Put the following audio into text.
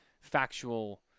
factual